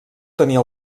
tenia